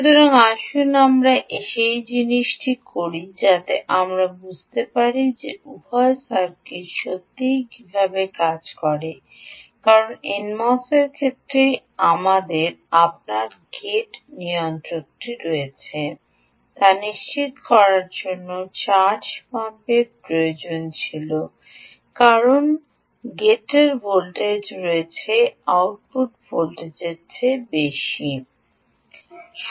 সুতরাং আসুন আমরা সেই জিনিসটি করি যাতে আমরা বুঝতে পারি যে উভয় সার্কিট সত্যিই কীভাবে কাজ করে কারণ এনমোসের ক্ষেত্রে আমাদের আপনার গেট নিয়ন্ত্রণটি রয়েছে তা নিশ্চিত করার জন্য চার্জ পাম্পের প্রয়োজন ছিল কারণ গেটের ভোল্টেজ রয়েছে আউটপুট ভোল্টেজের চেয়ে বেশি হতে হবে